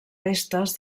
restes